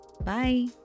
Bye